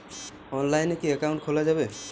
অনলাইনে কি অ্যাকাউন্ট খোলা যাবে?